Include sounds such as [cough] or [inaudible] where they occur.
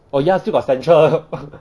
oh ya still got central [laughs]